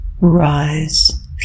rise